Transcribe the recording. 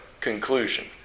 conclusion